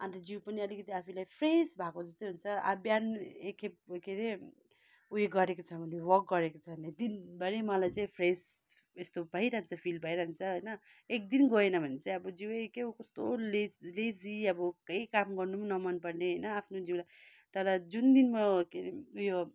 अन्त जिउ पनि अलिकति आफैलाई फ्रेस भएको जस्तै हुन्छ अब बिहान एक खेप के हरे उयो गरेको छ भने वल्क गरेको छ भने दिनभरि मलाई चाहिँ फ्रेस यस्तो भइरहन्छ फिल भइरहन्छ होइन एक दिन गएन भने चाहिँ अब जिउ क्या हो कस्तो लेज लेजी अब केही काम गर्नु न मन पर्ने होइन आफ्नो जिउलाई तर जुन दिन म के अरे उयो